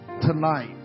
tonight